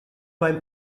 beim